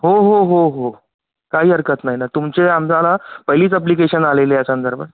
हो हो हो हो काही हरकत नाही ना तुमचे आम्दाला पहिलीच अप्लिकेशन आलेली या संदर्भात